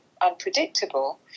unpredictable